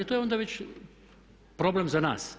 To je onda već problem za nas.